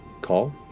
call